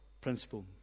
principle